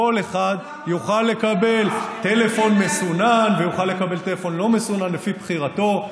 כל אחד יוכל לקבל טלפון מסונן ויוכל לקבל טלפון לא מסונן לפי בחירתו.